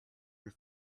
her